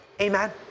Amen